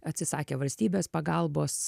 atsisakė valstybės pagalbos